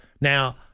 Now